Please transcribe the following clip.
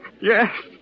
Yes